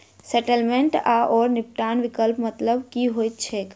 Settlement आओर निपटान विकल्पक मतलब की होइत छैक?